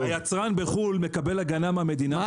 היצרן בחו"ל מקבל הגנה מהמדינה שלו.